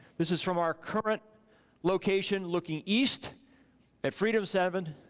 this is from our current location looking east at freedom seven,